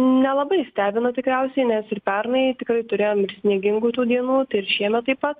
nelabai stebina tikriausiai nes ir pernai tikrai turėjom ir sniegingų dienų tai šiemet taip pat